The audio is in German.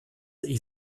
ich